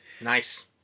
Nice